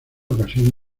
ocasión